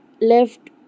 left